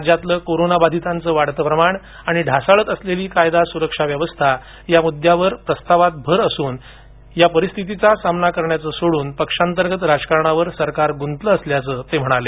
राज्यातलं कोरोना बाधितांचं वाढतं प्रमाण आणि ढासळत असलेली कायदा सुव्यवस्था या मुद्द्यांवर प्रस्तावात भर असून या परिस्थितीचा सामना करण्याचं सोडून पक्षांतर्गत राजकारणावर सरकार गुंतलं असल्याचं ते म्हणाले